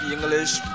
English